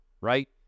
right